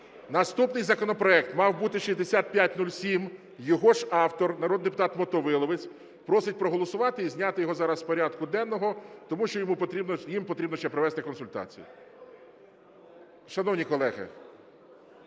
Наступний законопроект мав бути 6507. Його ж автор народний депутат Мотовиловець просить проголосувати і зняти його зараз з порядку денного, тому що їм потрібно ще провести консультації.